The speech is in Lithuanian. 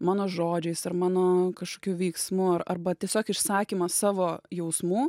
mano žodžiais ar mano kažkokiu veiksmu arba tiesiog išsakymas savo jausmų